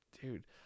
Dude